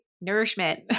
Nourishment